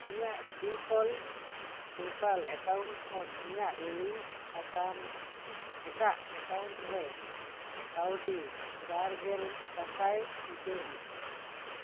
ᱤᱧᱟᱜ default PayPal account ᱠᱷᱚᱱ ᱤᱧᱟᱜ ᱞᱤᱝᱠ ᱟᱠᱟᱱ ᱮᱴᱟᱜ ᱮᱠᱟᱣᱩᱱᱴ ᱨᱮ ᱠᱟᱣᱰᱤ ᱵᱟᱨ ᱜᱮᱞ ᱥᱟᱥᱟᱭ ᱩᱪᱟ ᱲ ᱢᱮ